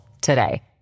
today